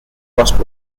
crossed